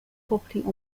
property